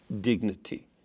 dignity